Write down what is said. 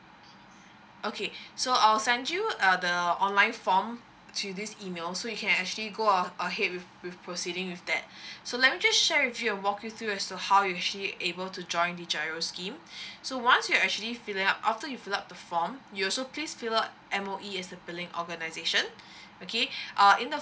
okay so I'll send you uh the online form to this email so you can actually go a~ ahead with with proceeding with that so let me just share with your and walk you through as to how you actually able to join the G_I_R_O scheme so once you actually filling up after you fill up the form you also please fill up M_O_E organisation okay uh in the